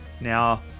now